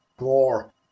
more